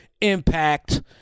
Impact